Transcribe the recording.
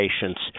patients